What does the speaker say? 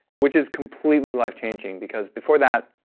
which is completely life-changing because before that,